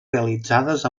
realitzades